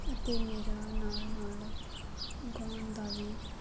ਅਤੇ ਮੇਰਾ ਨਾਲ ਨਾਲ ਗਾਉਣ ਦਾ ਵੀ